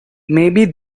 maybe